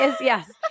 yes